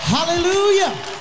Hallelujah